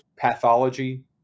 pathology